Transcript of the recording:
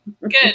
Good